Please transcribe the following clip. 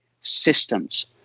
systems